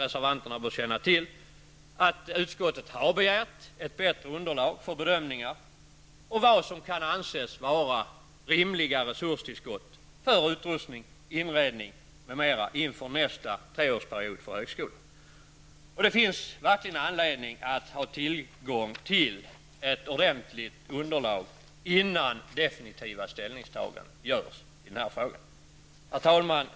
Reservanterna bör känna till att utskottet har begärt ett bättre underlag för bedömningar för vad som kan anses vara rimliga resurstillskott för utrustning, inredning m.m. inför nästa treårsperiod för högskolan. Det finns verkligen anledning att först ha tillgång till ett ordentligt sådant underlag innan definitiva ställningstaganden görs i denna fråga. Herr talman!